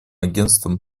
агентством